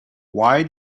why